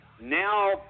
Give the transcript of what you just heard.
now